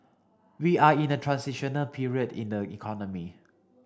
we are in a transition period in the economy